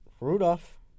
Rudolph